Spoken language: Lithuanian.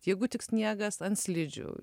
jeigu tik sniegas ant slidžių